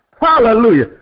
Hallelujah